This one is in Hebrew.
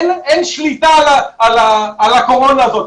אין שליטה על הקורונה הזאת.